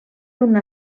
una